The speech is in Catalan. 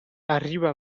arriba